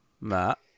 Matt